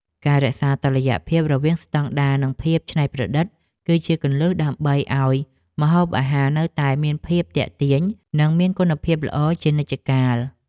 ការរក្សាតុល្យភាពរវាងស្តង់ដារនិងភាពច្នៃប្រឌិតគឺជាគន្លឹះដើម្បីធ្វើឲ្យម្ហូបអាហារនៅតែមានភាពទាក់ទាញនិងមានគុណភាពល្អជានិច្ចកាល។